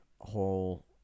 whole